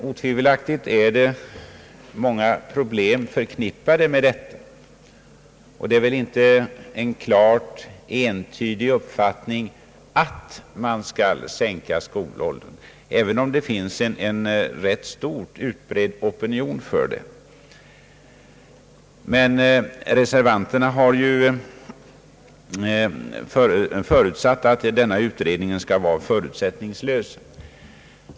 Otvivelaktigt är många problem förknippade med detta, och det är väl inte en klart entydig uppfattning att man skall sänka skolåldern, även om det finns en rätt utbredd opinion för en sådan åtgärd. Reservanterna har ju förutsatt att denna utredning skall vara förutsättningslös.